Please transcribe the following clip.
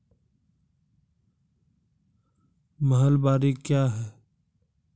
महलबाडी क्या हैं?